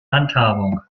handhabung